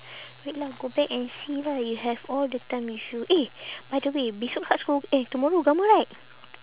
wait lah go back and see lah you have all the time with you eh by the way besok tak school eh tomorrow ugama right